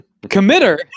committer